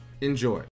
enjoy